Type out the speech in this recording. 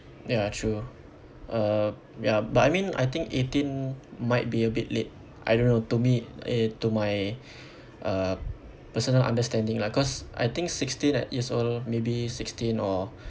ya true uh ya but I mean I think eighteen might be a bit late I don't know to me eh to my uh personal understanding lah cause I think sixteen at years old also maybe sixteen or